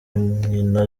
nkino